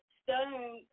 stone